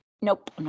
nope